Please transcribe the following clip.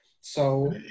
So-